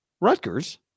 Rutgers